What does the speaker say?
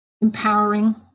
empowering